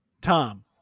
Tom